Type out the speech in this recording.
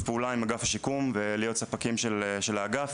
פעולה עם אגף השיקום ולהיות ספקים של האגף,